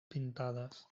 pintades